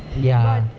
ya